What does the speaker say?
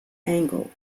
angle